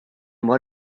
what